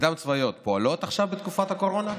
הקדם-צבאיות פועלות עכשיו בתקופת הקורונה?